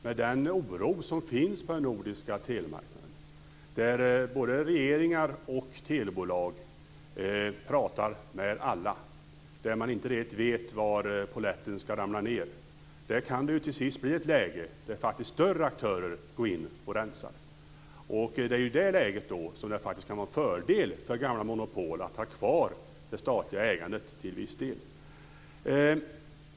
Med den oro som finns på den nordiska telemarknaden, där både regeringar och telebolag talar med alla och där man inte riktigt vet var poletten ska ramla ned, kan det till sist bli ett läge där större aktörer går in och rensar. Det är i det läget som det faktiskt kan vara en fördel för gamla monopol att ha kvar det statliga ägandet till viss del.